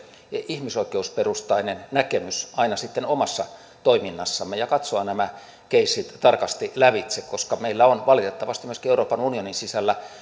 ihmisoikeusperustainen näkemys aina omassa toiminnassamme ja katsoa nämä keissit tarkasti lävitse koska meillä on valitettavasti myöskin euroopan unionin sisällä